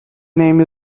name